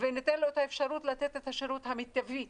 וניתן לו את האפשרות לתת לו את השירות המיטבי